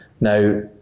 Now